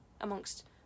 amongst